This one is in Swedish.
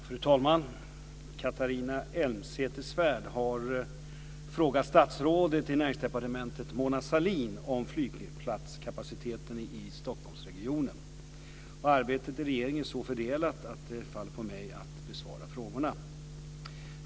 Fru talman! Catharina Elmsäter-Svärd har frågat statsrådet i Näringsdepartementet Mona Sahlin om flygplatskapaciteten i Stockholmsregionen. Arbetet i regeringen är så fördelat att det faller på mig att besvara frågorna.